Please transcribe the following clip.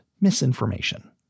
misinformation